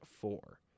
Four